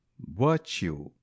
Virtue